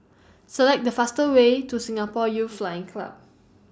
Select The faster Way to Singapore Youth Flying Club